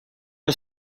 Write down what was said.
are